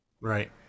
right